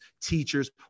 teachers